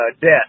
debt